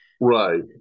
Right